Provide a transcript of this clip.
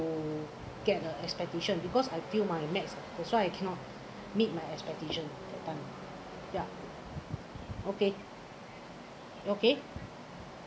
to get a expectation because I failed my math ah that's why I cannot meet my expectation that time ya okay okay